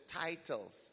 titles